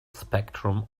spectrum